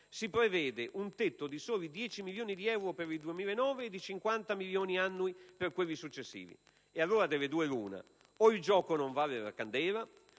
si prevede un tetto di soli 10 milioni di euro per il 2009 e di 50 milioni annui per gli anni successivi. E allora, delle due l'una: o il gioco non vale la candela